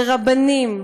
רבנים,